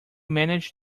manage